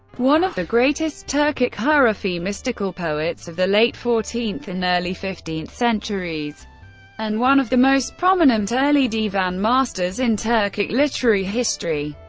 one of the greatest turkic hurufi mystical poets of the late fourteenth and early fifteenth centuries and one of the most prominent early divan masters in turkic literary history,